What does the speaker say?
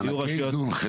מענקי האיזון,